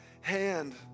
hand